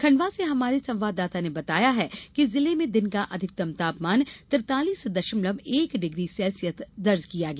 खण्डवा से हमारे संवाददाता ने बताया है कि जिले में दिन का अधिकतम तापमान तिरतालीस दशमलव एक डिग्री सेल्सियस दर्ज किया गया